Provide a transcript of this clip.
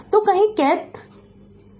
तो कहीं kth संधारित्र है